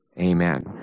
Amen